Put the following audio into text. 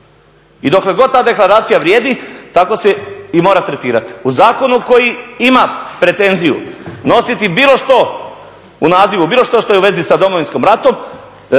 i dokle god ta deklaracija vrijedi, tako se i mora tretirati u zakonu koji ima pretenziju nositi bilo što u nazivu, bilo što što je u vezi sa Domovinskim ratom.